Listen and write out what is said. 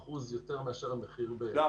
ב-70% יותר מאשר המחיר ב-OECD.